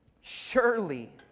surely